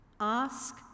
Ask